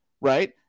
Right